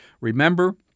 Remember